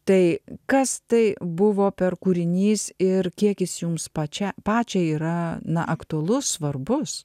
tai kas tai buvo per kūrinys ir kiek jis jums pačia pačiai yra na aktualus svarbus